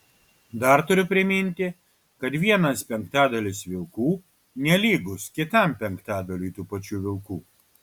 dar turiu priminti kad vienas penktadalis vilkų nelygus kitam penktadaliui tų pačių vilkų